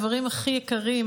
הדברים הכי יקרים,